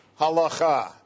halacha